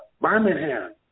Birmingham